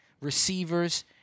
receivers